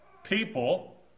people